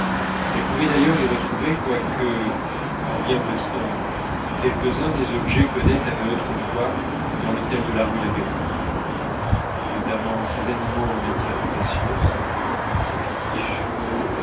elle pouvait d'ailleurs y retrouver quoique en bien petit nombre quelques-uns des objets qu'odette avait autrefois dans l'hôtel de la rue lapérouse notamment ses animaux en matières précieuses ses fétiches